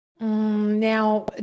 Now